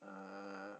ah